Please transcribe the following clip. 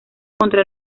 contra